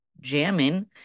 jamming